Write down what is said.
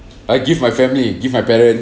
I give my family give my parents